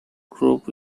group